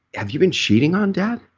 have you been cheating on dad?